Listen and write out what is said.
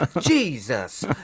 Jesus